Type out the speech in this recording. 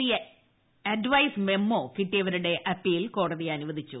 C advice memo കിട്ടിയവരുടെ appeal കോടതി അനുവദിച്ചു